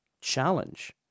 challenge